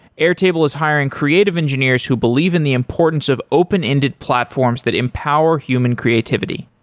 airtable is hiring creative engineers who believe in the importance of open-ended platforms that empower human creativity.